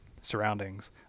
surroundings